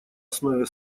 основе